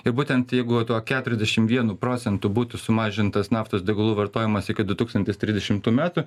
ir būtent jeigu tuo keturiasdešimt vienu procentu būtų sumažintas naftos degalų vartojimas iki du tūkstantis trisdešimtų metų